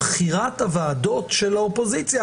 בחירת הוועדות של האופוזיציה,